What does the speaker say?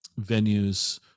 venues